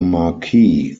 marquis